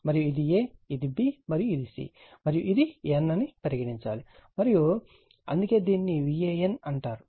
మరియు ఇది A ఇది B మరియు ఇది C మరియు ఇది N అని పరిగణించండి మరియు అందుకే దీనిని VAN అంటారు